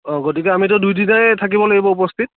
অঁ গতিকে আমিতো দুই দিনেই থাকিব লাগিব উপস্থিত